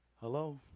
hello